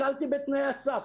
הקלתי בתנאי הסף.